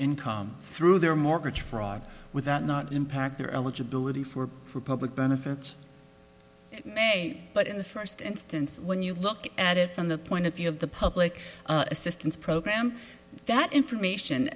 income through their mortgage fraud without not impact their eligibility for public benefits but in the first instance when you look at it from the point of view of the public assistance program that information